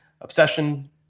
obsession